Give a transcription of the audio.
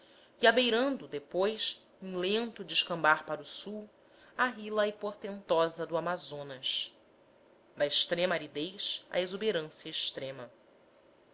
e abeirando depois em lento descambar para o sul a hylaea portentosa do amazonas da extrema aridez à exuberância extrema